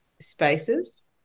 spaces